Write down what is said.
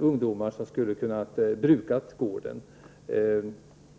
ungdomar som kanske hade kunnat bruka gårdarna.